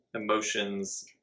emotions